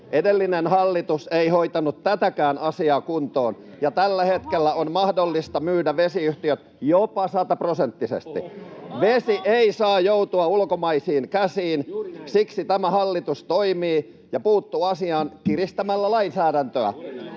Edellinen hallitus ei hoitanut tätäkään asiaa kuntoon, ja tällä hetkellä on mahdollista myydä vesiyhtiö jopa sataprosenttisesti. [Eduskunnasta: Oho!] Vesi ei saa joutua ulkomaisiin käsiin. Siksi tämä hallitus toimii ja puuttuu asiaan kiristämällä lainsäädäntöä.